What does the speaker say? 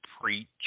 preach